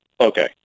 okay